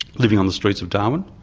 living on the streets of darwin.